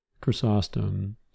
Chrysostom